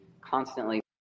constantly